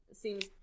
Seems